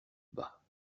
bas